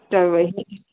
त उहेई